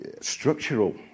structural